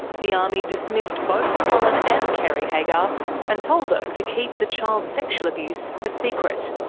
the army dismissed both colin and kerry haggar and told them to keep the child sexual abuse a secret.